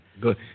good